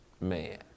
Man